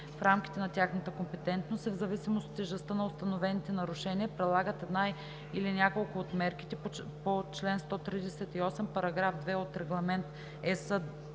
в рамките на тяхната компетентност и в зависимост от тежестта на установените нарушения прилагат една или няколко от мерките по чл. 138, параграф 2 от Регламент (ЕС)